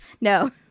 No